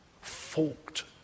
forked